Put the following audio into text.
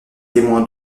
témoin